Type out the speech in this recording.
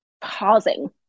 pausing